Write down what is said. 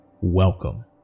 welcome